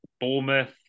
Bournemouth